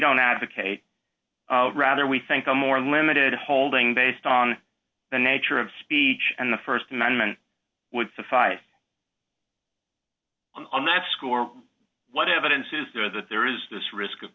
don't advocate rather we think a more limited holding based on the nature of speech and the st amendment would suffice on that score what evidence is there that there is this risk of